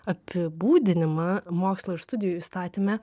apibūdinimą mokslo ir studijų įstatyme